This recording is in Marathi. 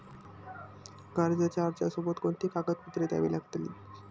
कर्जाच्या अर्जासोबत कोणती कागदपत्रे द्यावी लागतील?